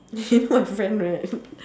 you know my friend right